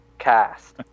cast